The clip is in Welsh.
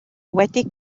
wedi